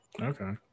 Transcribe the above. okay